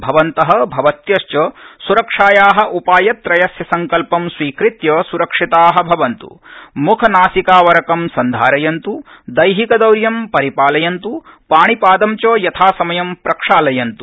भवन्त भवत्यश्च स्रक्षाया उपायत्रयस्य संकल्पं स्वीकृत्य स्रक्षिता भवन्त् म्खनासिकावरकं सन्धारयन्त् दैहिकदौर्यं परिपालयन्त्र पाणिपादं च यथासमयं प्रक्षालयन्तु